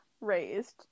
raised